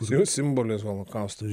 jo simbolis holokaustas